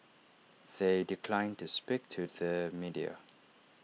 they declined to speak to the media